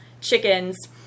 chickens